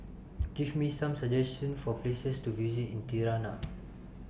Give Me Some suggestions For Places to visit in Tirana